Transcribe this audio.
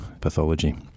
pathology